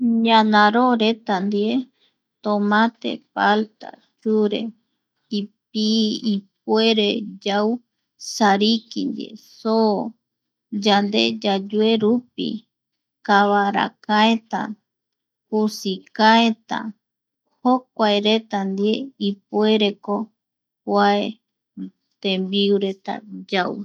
Ñanaroo reta ndie, tomate, palta, chure, ipi ipuere yau sariki ndie, soo, yande yayue rupi, kavara kaeta, kusi kaeta jokuareta ndie ipuereko kuae tembiu reta yau.